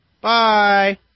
Bye